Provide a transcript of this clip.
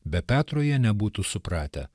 be petro jie nebūtų supratę